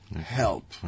help